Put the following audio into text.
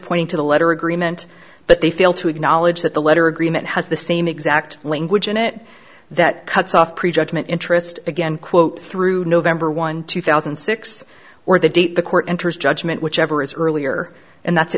pointing to the letter agreement but they fail to acknowledge that the letter agreement has the same exact language in it that cuts off pre judgment interest again quote through november one two thousand and six or the date the court enters judgment whichever is earlier and that's